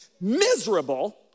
Miserable